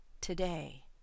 today